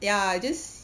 ya just